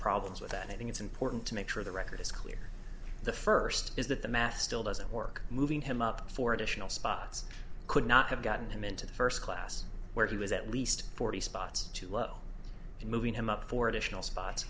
problems with that i think it's important to make sure the record is clear the first is that the math still doesn't work moving him up for additional spots could not have gotten him into the first class where he was at least forty spots too low and moving him up for additional spot